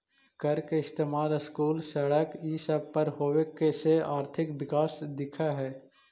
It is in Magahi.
कर के इस्तेमाल स्कूल, सड़क ई सब पर होबे से आर्थिक विकास दिख हई